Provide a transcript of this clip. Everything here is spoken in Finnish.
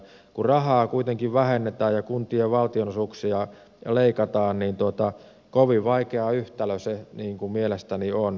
kun rahaa kuitenkin vähennetään ja kuntien valtionosuuksia leikataan niin kovin vaikea yhtälö se mielestäni on